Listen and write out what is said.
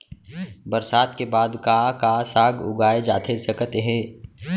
बरसात के बाद का का साग उगाए जाथे सकत हे?